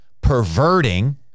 perverting